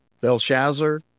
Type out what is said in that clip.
Belshazzar